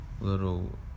little